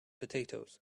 potatoes